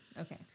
Okay